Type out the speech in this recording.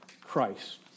Christ